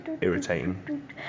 irritating